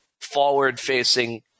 forward-facing